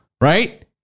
right